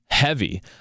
Heavy